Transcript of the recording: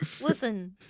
Listen